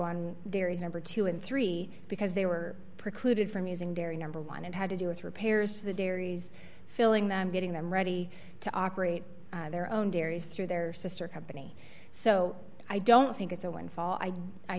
on derry's number two and three because they were precluded from using dairy number one it had to do with repairs to the dairies filling them getting them ready to operate their own dairies through their sister company so i don't think it's a windfall i